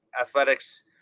Athletics